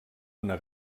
una